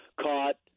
caught